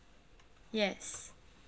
yes